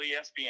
ESPN